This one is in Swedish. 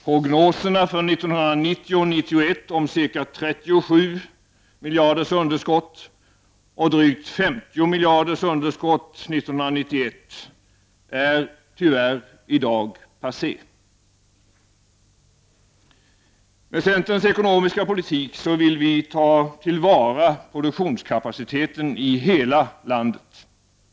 Prognoserna för 1990-1991 om ca 37 och drygt 50 miljarder i underskott är tyvärr passé i dag. Med centerns ekonomiska politik vill vi ta till vara produktionskapaciteten i hela landet.